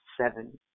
seven